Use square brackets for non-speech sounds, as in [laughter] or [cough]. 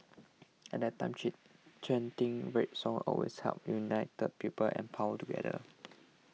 [noise] at that time [unintelligible] chanting red songs always helped unite people and power together